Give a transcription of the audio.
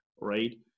right